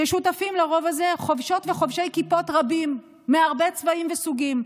שותפים לרוב הזה חובשות וחובשי כיפות רבים מהרבה צבעים וסוגים,